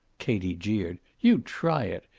katie jeered. you try it!